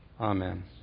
Amen